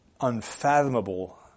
unfathomable